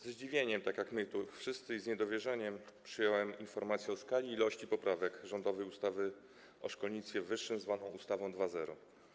Ze zdziwieniem, tak jak tu my wszyscy, i z niedowierzaniem przyjąłem informację o skali i ilości poprawek do rządowej ustawy o szkolnictwie wyższym, zwanej ustawą 2.0.